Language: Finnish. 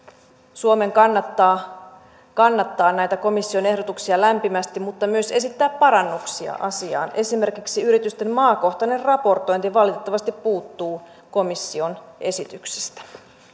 suomen kannattaa kannattaa näitä komission ehdotuksia lämpimästi mutta myös esittää parannuksia asiaan esimerkiksi yritysten maakohtainen raportointi valitettavasti puuttuu komission esityksestä